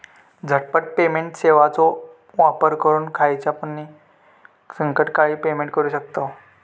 झटपट पेमेंट सेवाचो वापर करून खायच्यापण संकटकाळी पेमेंट करू शकतांव